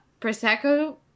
Prosecco